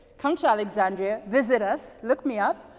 come to alexandria, visit us, look me up.